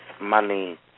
money